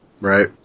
right